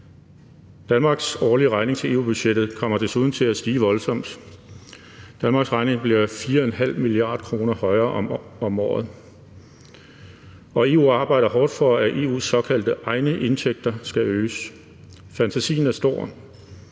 Danmarks årlige regning til EU-budgettet kommer desuden til at stige voldsomt. Danmarks regning bliver 4,5 mia. kr. dyrere om året. EU arbejder hårdt for, at EU's såkaldte egne indtægter skal øges. Fantasien er stor.